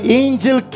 angel